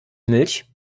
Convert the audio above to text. milch